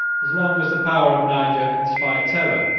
as long as the power of niger inspired terror,